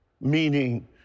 meaning